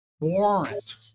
warrant